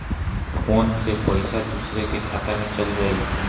Phone से पईसा दूसरे के खाता में चल जाई?